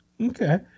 Okay